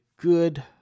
good